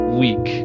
week